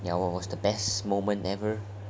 that one was the best moment ever